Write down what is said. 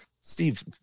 Steve